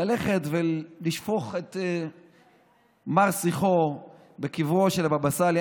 ללכת ולשפוך את מר שיחו בקברו של הבבא סאלי.